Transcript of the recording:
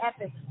epic